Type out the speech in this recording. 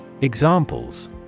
Examples